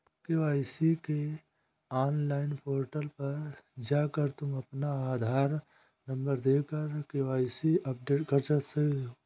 KYC के online portal पर जाकर तुम अपना आधार नंबर देकर के.वाय.सी अपडेट कर सकते हो